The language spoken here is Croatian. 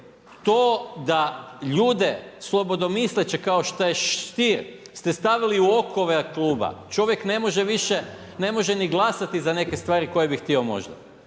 To da ljude slobodomisleće kao što je Stier ste stavili u okove Kluba. Čovjek ne može više, ne može ni glasati za neke stvari koje bi htio možda.